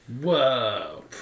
Whoa